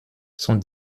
sont